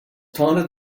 taunted